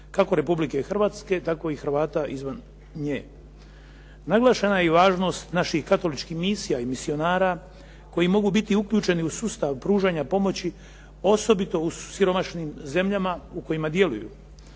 kako Republike Hrvatske tako i Hrvata izvan nje. Naglašena je i važnost naših katoličkih misija i misionara koji mogu biti uključeni u sustav pružanja pomoći, osobito u siromašnim zemljama u kojima djeluju.